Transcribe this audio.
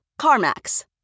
CarMax